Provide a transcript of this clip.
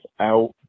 out